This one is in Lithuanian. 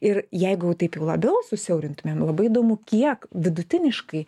ir jeigu taip jau labiau susiaurintumėm man labai įdomu kiek vidutiniškai